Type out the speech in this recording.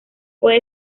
puede